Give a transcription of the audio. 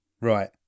Right